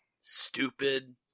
stupid